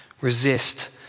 resist